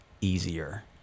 easier